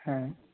হ্যাঁ